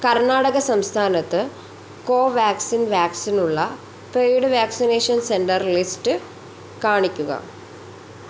കർണാടക സംസ്ഥാനത്ത് കോവാക്സിൻ വാക്സിനുള്ള paid vaccination centre list കാണിക്കുക